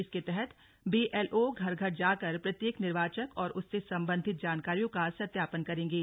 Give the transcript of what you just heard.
इसके तहत बीएलओ घर घर जाकर प्रत्येक निर्वाचक और उससे संबंधित जानकारियों का सत्यापन करेंगे